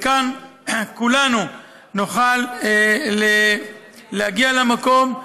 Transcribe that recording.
וכך כולנו נוכל להגיע למקום,